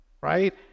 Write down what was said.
right